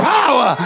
power